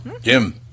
Jim